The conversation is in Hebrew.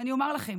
אני אומר לכם: